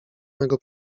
mego